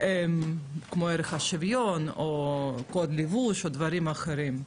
כמו ערך השוויון, או קוד לבוש או דברים אחרים,